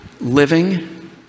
living